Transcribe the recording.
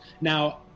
Now